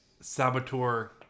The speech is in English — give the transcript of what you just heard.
Saboteur